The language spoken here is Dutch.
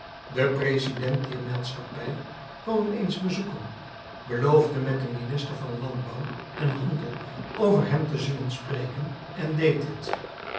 de president dier maatschappij kwam hem eens bezoeken beloofde met den minister van landbouw en handel over hem te zullen spreken en deed dit